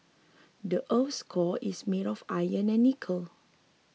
the earth's core is made of iron and nickel